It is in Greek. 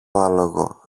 άλογο